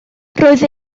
roedd